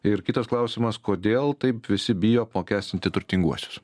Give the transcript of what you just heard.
ir kitas klausimas kodėl taip visi bijo apmokestinti turtinguosius